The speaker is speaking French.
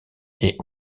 est